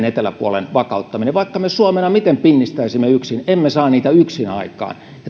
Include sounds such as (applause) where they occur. (unintelligible) eteläpuolen vakauttaminen vaikka me suomena miten pinnistäisimme yksin emme saa niitä yksin aikaan ja